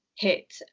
hit